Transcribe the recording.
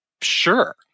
sure